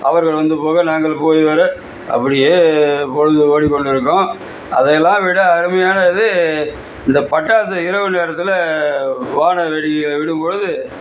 அவர்கள் வந்து போக நாங்கள் போய் வர அப்படியே பொழுது ஓடிக் கொண்டிருக்கும் அதையெல்லாம் விட அருமையான இது இந்த பட்டாசு இரவு நேரத்தில் வான வேடிக்கைகள் விடும் பொழுது